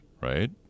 right